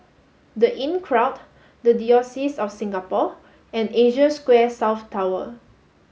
The Inncrowd The Diocese of Singapore and Asia Square South Tower